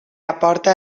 aporta